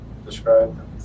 describe